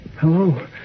Hello